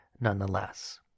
nonetheless